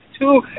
two